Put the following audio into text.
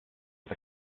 the